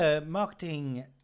marketing